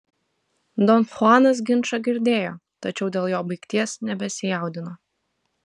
don chuanas ginčą girdėjo tačiau dėl jo baigties nebesijaudino